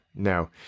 No